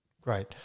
great